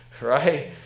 right